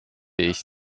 ich